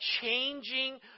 changing